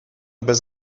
bez